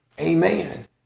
Amen